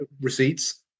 receipts